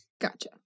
Gotcha